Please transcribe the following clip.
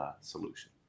solution